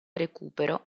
recupero